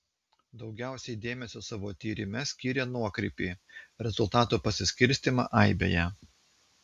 daugiausiai dėmesio savo tyrime skyrė nuokrypį rezultatų pasiskirstymą aibėje